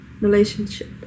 relationship